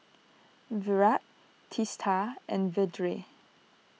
Virat Teesta and Vedre